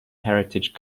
heritage